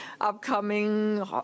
upcoming